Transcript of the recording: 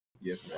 Yes